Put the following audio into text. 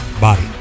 body